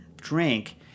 drink